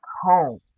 home